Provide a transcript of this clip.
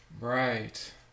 Right